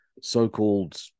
so-called